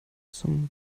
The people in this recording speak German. zum